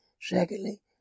Secondly